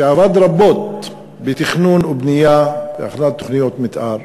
שעבד רבות בתכנון ובנייה, בהכנת תוכניות מתאר,